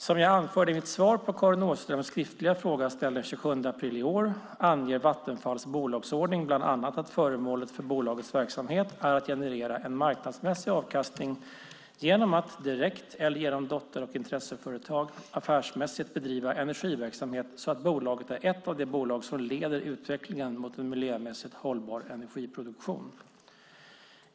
Som jag anförde i mitt svar på Karin Åströms skriftliga fråga ställd den 27 april i år anger Vattenfalls bolagsordning bland annat att föremålet för bolagets verksamhet är att generera en marknadsmässig avkastning genom att, direkt eller genom dotter och intresseföretag, affärsmässigt bedriva energiverksamhet så att bolaget är ett av de bolag som leder utvecklingen mot en miljömässigt hållbar energiproduktion.